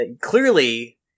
clearly